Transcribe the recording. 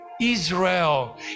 Israel